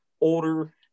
older